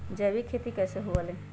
जैविक खेती कैसे हुआ लाई?